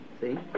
See